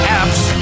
apps